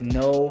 no